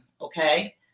okay